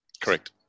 Correct